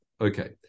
Okay